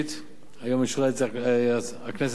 היום אישרה הכנסת את הצעת החוק.